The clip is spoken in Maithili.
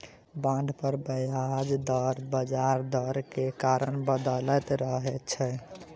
बांड पर ब्याज दर बजार दर के कारण बदलैत रहै छै